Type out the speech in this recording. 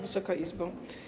Wysoka Izbo!